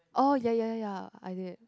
oh ya ya ya ya I did